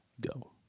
go